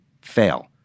fail